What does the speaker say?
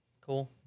Cool